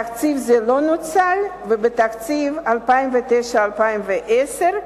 תקציב זה לא נוצל, ובתקציב 2009 2010,